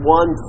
one